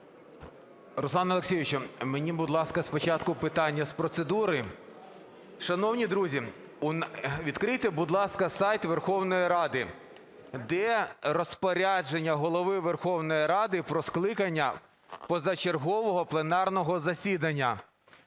Руслане Олексійовичу, мені, будь ласка, спочатку питання з процедури. Шановні друзі, відкрийте, будь ласка, сайт Верховної Ради. Де розпорядження Голови Верховної Ради про скликання позачергового пленарного засідання?